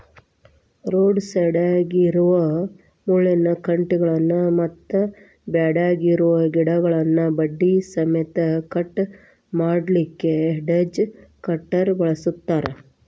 road ಸೈಡ್ನ್ಯಾಗಿರೋ ಮುಳ್ಳಿನ ಕಂಟಿಗಳನ್ನ ಮತ್ತ್ ಬ್ಯಾಡಗಿರೋ ಗಿಡಗಳನ್ನ ಬಡ್ಡಿ ಸಮೇತ ಕಟ್ ಮಾಡ್ಲಿಕ್ಕೆ ಹೆಡ್ಜ್ ಕಟರ್ ಬಳಸ್ತಾರ